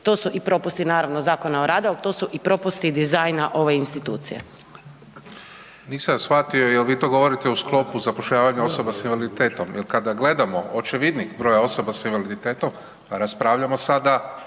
To su propusti naravno Zakona o radu, ali to su i propusti dizajna ove institucije. **Pavić, Marko (HDZ)** Nisam shvatio jel vi to govorite u sklopu zapošljavanja osoba s invaliditetom jel kada gledamo očevidnik broja osoba s invaliditetom pa raspravljamo sada